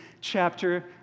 chapter